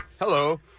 Hello